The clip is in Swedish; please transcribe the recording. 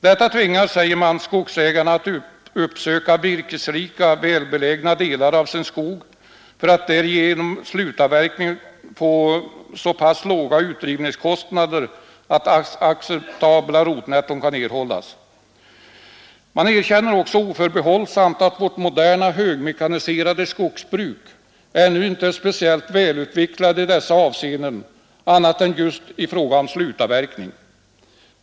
Detta tvingar, säger man, skogsägarna att uppsöka virkesrika, välbelägna delar av sin skog för att där genom slutavverkning få så pass låga utdrivningskostnader att acceptabla rotnetton kan erhållas. Man erkänner också oförbehållsamt att vårt moderna, högmekaniserade skogsbruk ännu inte är speciellt välutvecklat i dessa avseenden annat än just i fråga om slutavverkning.